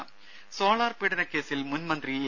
ദേദ സോളാർ പീഡന കേസിൽ മുൻ മന്ത്രി എ